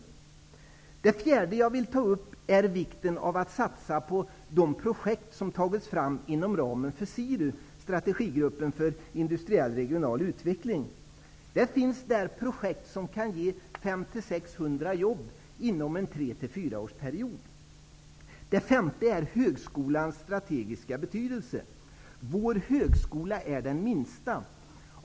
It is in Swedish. För det fjärde vill jag betona hur viktigt det är att satsa på de projekt som har tagits fram inom ramen för SIRU, strategigruppen för industriell och regional utveckling. Det finns projekt som kan ge 500-6 000 jobb i regionen inom en tre fyra års period. För det femte om högskolans strategiska betydelse: Vår högskola är den minsta.